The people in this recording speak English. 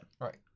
Right